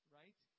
right